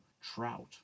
trout